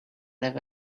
have